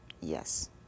Yes